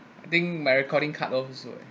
I think my recording cut off also eh